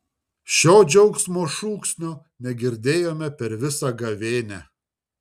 šio džiaugsmo šūksnio negirdėjome per visą gavėnią